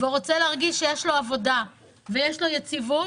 ורוצה להרגיש שיש לו עבודה ויש לו יציבות